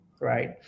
right